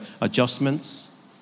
adjustments